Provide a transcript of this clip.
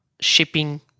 shipping